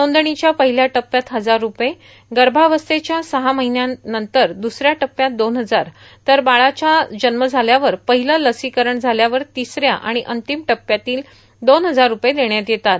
नोंदणीच्या पहिल्या टप्प्यात हजार रूपये गर्भावस्थेच्या सहा महिन्यानंतर दुसऱ्या टप्प्यात दोन हजार तर बाळाच्या जन्म झाल्यावर पहिलं लसिकरण झाल्यावर तिसऱ्या आणि अंतिम टप्प्यातील दोन हजार रूपये देण्यात येतात